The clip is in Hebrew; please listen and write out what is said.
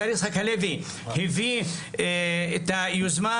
סגן השרה יצחק הלוי הביא את היוזמה